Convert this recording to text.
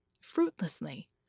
fruitlessly